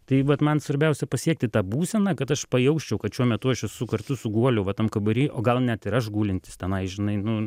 tai vat man svarbiausia pasiekti tą būseną kad aš pajausčiau kad šiuo metu aš esu kartu su guoliu va tam kambary o gal net ir aš gulintis tenai žinai nu